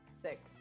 six